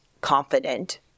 confident